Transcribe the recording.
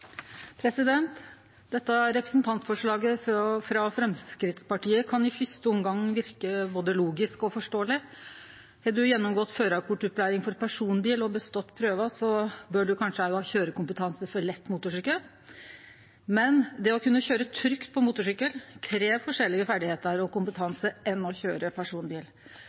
Dette representantforslaget frå Framstegspartiet kan i fyrste omgang verke både logisk og forståeleg. Har ein gjennomgått førarkortopplæring for personbil og bestått prøva, bør ein kanskje òg ha køyrekompetanse for lett motorsykkel, men det å kunne køyre trygt på motorsykkel, krev forskjellige ferdigheiter og kompetanse enn for å køyre personbil.